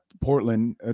Portland